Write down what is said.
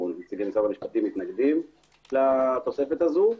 נציגי משרד המשפטים מתנגדים לתוספת הזו.